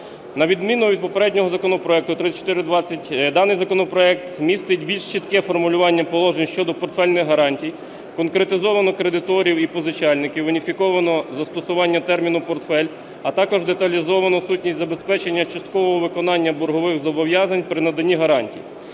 На відміну від попереднього законопроекту 3420 даний законопроект містить більш чітке формулювання положень щодо портфельних гарантій, конкретизовано кредиторів і позичальників, уніфіковано застосування терміну "портфель", а також деталізовано сутність забезпечення часткового виконання боргових зобов’язань при наданні гарантій.